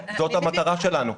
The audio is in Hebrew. זאת המטרה שלנו.